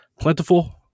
plentiful